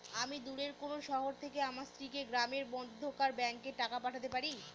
আমি দূরের কোনো শহর থেকে আমার স্ত্রীকে গ্রামের মধ্যেকার ব্যাংকে টাকা পাঠাতে পারি?